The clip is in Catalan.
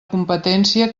competència